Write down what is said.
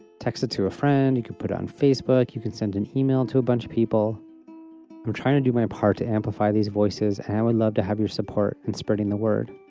text it to a friend could put on facebook you can send an email to a bunch of people who are trying to do my part to amplify these voices. i would love to have your support and spreading the word.